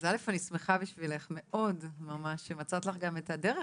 אני שמחה בשבילך מאוד ממש שמצאת לך גם את הדרך